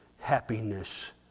happiness